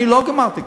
אני לא גמרתי ככה,